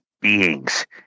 beings